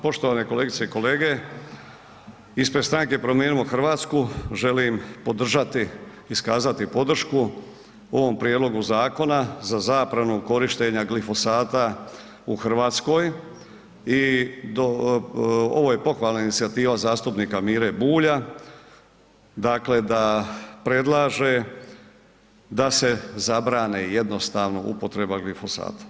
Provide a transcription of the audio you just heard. Poštovane kolegice i kolege, ispred Stranke Promijenimo Hrvatsku želim podržati, iskazati podršku ovom Prijedlogu Zakona za zabranu korištenja glifosata u Hrvatskoj, i ovo je pohvalna inicijativa zastupnika Mire Bulja, dakle da predlaže da se zabrane jednostavno upotreba glifosata.